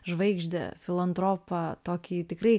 žvaigždę filantropą tokį tikrai